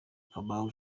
kamau